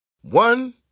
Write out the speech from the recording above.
One